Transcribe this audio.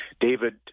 David